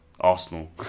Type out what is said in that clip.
arsenal